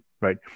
right